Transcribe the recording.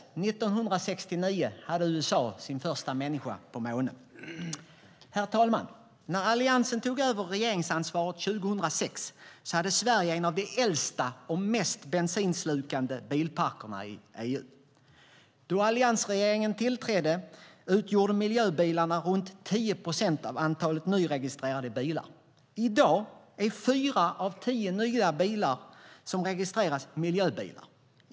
År 1969 hade USA den första människan på månen. Herr talman! När Alliansen tog över regeringsansvaret 2006 hade Sverige en av de äldsta och mest bensinslukande bilparkerna i EU. Då alliansregeringen tillträdde utgjorde miljöbilarna runt 10 procent av antalet nyregistrerade bilar. I dag är fyra av tio nya bilar som registreras miljöbilar.